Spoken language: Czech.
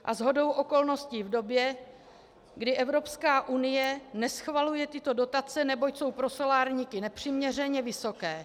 A shodou okolností v době, kdy Evropská unie neschvaluje tyto dotace, neboť jsou pro solárníky nepřiměřeně vysoké.